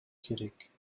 керек